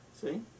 See